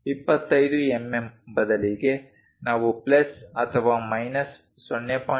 25 MM ಬದಲಿಗೆ ನಾವು plus ಅಥವಾ ಮೈನಸ್ 0